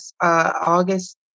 august